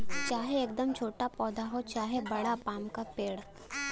चाहे एकदम छोटा पौधा हो चाहे बड़ा पाम क पेड़